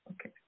Okay